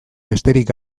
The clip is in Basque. besterik